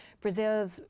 Brazil's